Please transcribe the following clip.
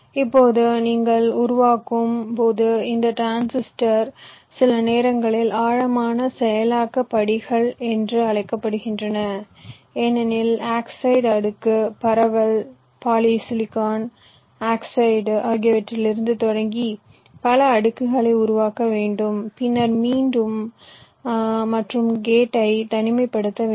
இப்போது நீங்கள் உருவாக்கும் போது இந்த டிரான்சிஸ்டர் சில நேரங்களில் ஆழமான செயலாக்க படிகள் என்று அழைக்கப்படுகின்றன ஏனெனில் ஆக்சைடு அடுக்கு பரவல் பாலிசிலிகான் ஆக்சைடு ஆகியவற்றிலிருந்து தொடங்கி பல அடுக்குகளை உருவாக்க வேண்டும் பின்னர் மீண்டும் கேட்டை தனிமைபடுத்தவேண்டும்